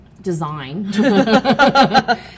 design